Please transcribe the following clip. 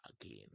again